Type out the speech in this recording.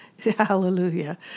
Hallelujah